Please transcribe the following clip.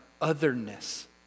otherness